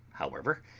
however,